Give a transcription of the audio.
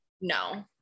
no